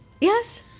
yes